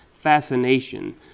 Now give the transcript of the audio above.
fascination